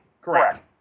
Correct